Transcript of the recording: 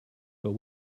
but